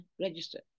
register